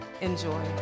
Enjoy